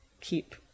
keep